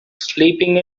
sleeping